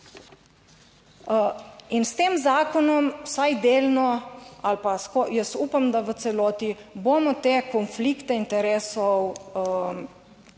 In s tem zakonom vsaj delno ali pa s, jaz upam, da v celoti bomo te konflikte interesov izničili,